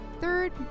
Third